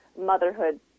motherhood